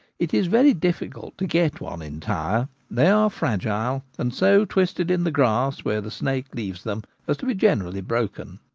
it is very difficult to get one entire they are fragile, and so twisted in the grass where the snake leaves them as to be generally broken.